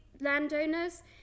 landowners